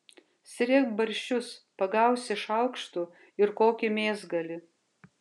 srėbk barščius pagausi šaukštu ir kokį mėsgalį